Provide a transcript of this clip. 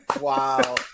Wow